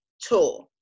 tour